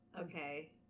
Okay